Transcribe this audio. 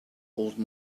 old